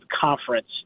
conference